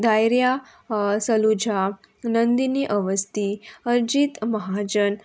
धायरिर्या Saluja Nandini Awasthi Arjit Mahajan